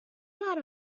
that